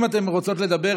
אם אתן רוצות לדבר,